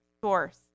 source